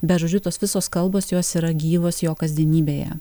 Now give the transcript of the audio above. bežodžiu tos visos kalbos jos yra gyvos jo kasdienybėje